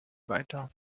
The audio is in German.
weiter